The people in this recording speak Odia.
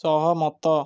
ସହମତ